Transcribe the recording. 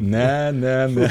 ne ne ne